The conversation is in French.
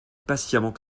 patiemment